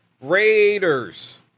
Raiders